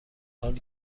حالی